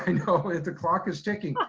and the clock is ticking,